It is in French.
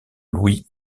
louis